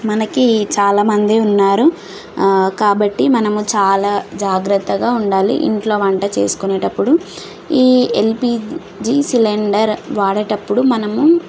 మనకి చాలామంది ఉన్నారు కాబట్టి మనము చాలా జాగ్రత్తగా ఉండాలి ఇంట్లో వంట చేసుకునేటప్పుడు ఈ ఎల్పిజి సిలిండర్ వాడేటప్పుడు మనము